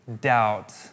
doubt